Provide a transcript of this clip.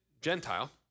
Gentile